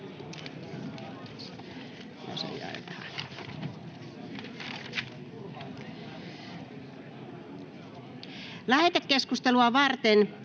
Lähetekeskustelua varten